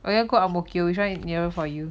or you want go ang mo kio which nearer for you